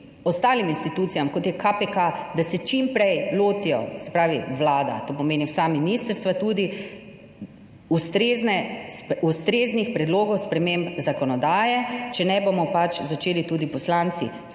ostalim institucijam kot je KPK, da se čim prej lotijo, se pravi Vlada, to pomeni vsa ministrstva tudi ustreznih predlogov sprememb zakonodaje, če ne bomo začeli tudi poslanci sami